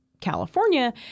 California